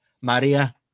Maria